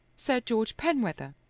sir george penwether.